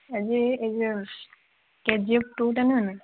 ଆଜି ଏଇ ଯେଉଁ କେଜିଏଫଟୁଟା ନୁହଁନା